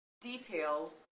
details